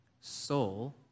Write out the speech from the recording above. Soul